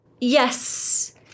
yes